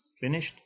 finished